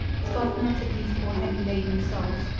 scoff not at these poor heavy-laden souls!